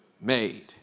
made